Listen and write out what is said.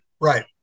right